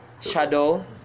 Shadow